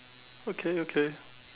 okay okay